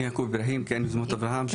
יעקב איברהים ארגון יוזמות אברהם,